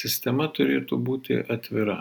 sistema turėtų būti atvira